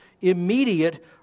immediate